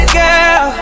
girl